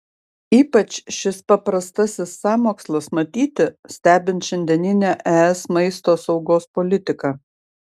ypač šis paprastasis sąmokslas matyti stebint šiandienę es maisto saugos politiką